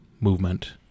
movement